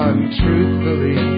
Untruthfully